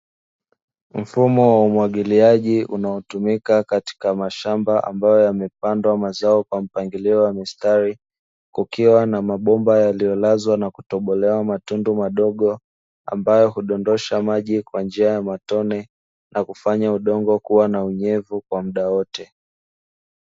Mfumo wa umwagiliaji unaotumika katika mashamba ambayo yamepandwa kwa mpangilio wa mistari. Kukiwa na mabomba yaliyolazwa na kutobolewa matundu madogo, ambayo hudondosha maji kwa njia ya matone, na kufanya udongo kuwa na unyevu kwa muda wote.